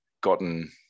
Gotten